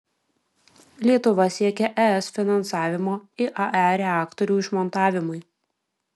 lietuva siekia es finansavimo iae reaktorių išmontavimui